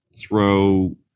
throw